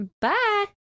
Bye